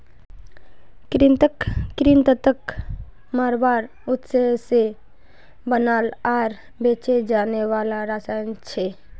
कृंतक कृन्तकक मारवार उद्देश्य से बनाल आर बेचे जाने वाला रसायन छे